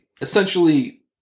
essentially